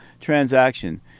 transaction